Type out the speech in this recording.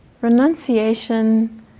Renunciation